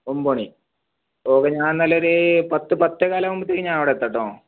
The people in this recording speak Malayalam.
ഒൻപത് മണി ഓക്കെ ഞാൻ എന്നാൽ ഒരു പത്ത് പത്തേകാലാവുമ്പോഴ്ത്തെക്ക് അവിടെ എത്താം കേട്ടോ